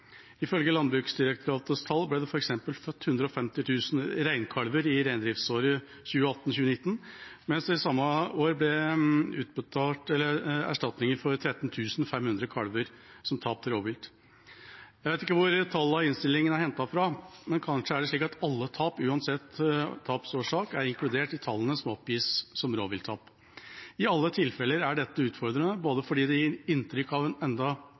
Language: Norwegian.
Ifølge Landbruksdirektoratets tall ble det f.eks. født 150 000 reinkalver i reindriftsåret 2018/2019, mens det i samme år ble utbetalt erstatninger for 13 500 kalver som tap til rovvilt. Jeg vet ikke hvor tallene i innstillinga er hentet fra, men kanskje er det slik at alle tap, uansett tapsårsak, er inkludert i tallene som oppgis som rovvilttap. I alle tilfeller er dette utfordrende, både fordi det gir inntrykk av enda